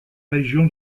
région